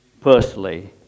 Personally